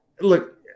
look